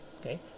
okay